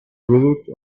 village